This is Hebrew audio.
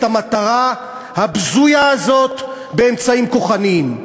המטרה הבזויה הזאת באמצעים כוחניים.